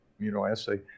immunoassay